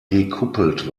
gekuppelt